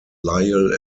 lyell